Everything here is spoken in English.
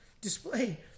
display